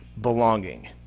belonging